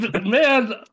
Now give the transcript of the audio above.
man